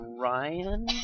Ryan